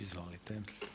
Izvolite.